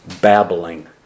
babbling